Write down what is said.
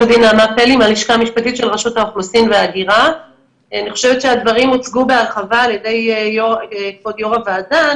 אני חושבת שהדברים הוצגו בהרחבה על ידי כבוד יו"ר הוועדה.